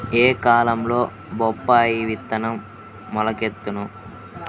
ఏ కాలంలో బొప్పాయి విత్తనం మొలకెత్తును?